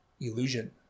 illusion